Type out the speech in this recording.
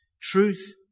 Truth